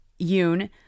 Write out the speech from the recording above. Yoon